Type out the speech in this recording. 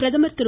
பிரதமர் திரு